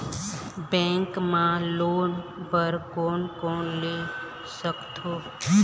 Bank मा loan बर कोन कोन ले सकथों?